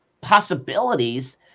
possibilities